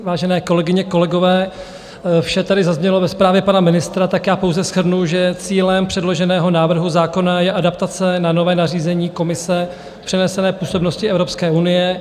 Vážené kolegyně, kolegové, vše tady zaznělo ve zprávě pana ministra, tak já pouze shrnu, že cílem předloženého návrhu zákona je adaptace na nové nařízení Komise přenesené působnosti Evropské unie.